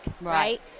Right